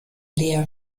lea